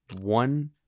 One